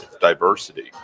diversity